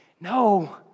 No